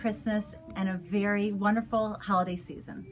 christmas and a very wonderful holiday season